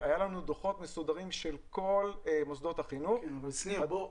היו לנו דוחות מסודרים של כל מוסדות החינוך והדוחות